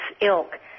ilk